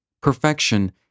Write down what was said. Perfection